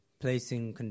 placing